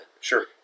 Sure